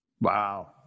Wow